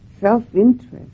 Self-interest